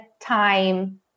time